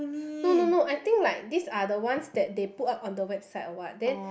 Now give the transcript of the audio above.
no no no I think like these are the ones they put up on the website or what then